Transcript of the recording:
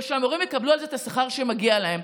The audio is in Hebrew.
ושהמורים יקבלו על זה את השכר שמגיע להם.